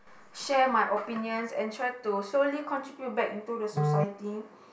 share my opinions and try to slowly contribute back into the society